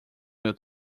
meu